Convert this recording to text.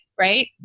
right